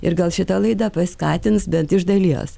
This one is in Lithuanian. ir gal šita laida paskatins bent iš dalies